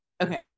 Okay